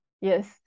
yes